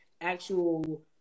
actual